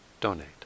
donate